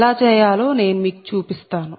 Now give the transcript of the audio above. ఎలా చేయాలో నేను మీకు చూపిస్తాను